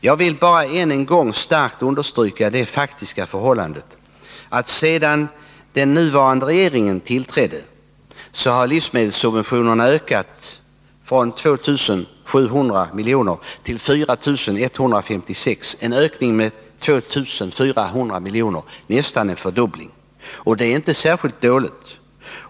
Jag vill starkt understryka det faktiska förhållandet att sedan den nuvarande regeringen tillträdde har livsmedelssubventionerna ökat från 2 700 miljoner till 4 156 miljoner, en ökning med 1 400 miljoner. Det är inte särskilt dåligt.